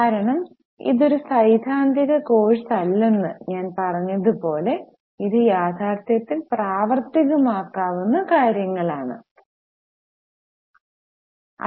കാരണം ഇത് ഒരു സൈദ്ധാന്തിക കോഴ്സല്ലെന്ന് ഞാൻ പറഞ്ഞതുപോലെഇത് യഥാർത്ഥത്തിൽ പ്രവർത്തികമാക്കാവുന്ന കാര്യങ്ങൾ ആണ്